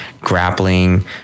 grappling